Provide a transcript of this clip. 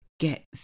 get